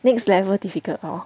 next level difficult lor